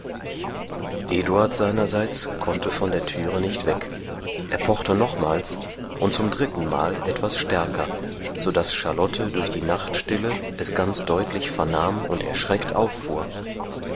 eduard seinerseits konnte von der türe nicht weg er pochte nochmals und zum drittenmal etwas stärker so daß charlotte durch die nachtstille es ganz deutlich vernahm und erschreckt auffuhr